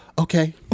Okay